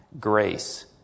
grace